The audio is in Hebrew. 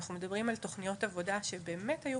אנחנו מדברים על תוכניות עבודה שבאמת היו